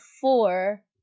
four